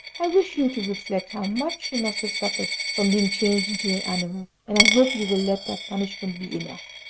i wish you to reflect how much she must suffer from being changed into an animal, and i hope you will let that punishment be enough.